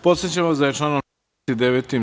Podsećam vas da je članom 49.